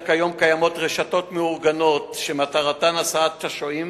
היום קיימות רשתות מאורגנות שמטרתן הסעת השוהים